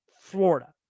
Florida